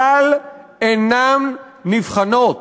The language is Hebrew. כלל אינן נבחנות.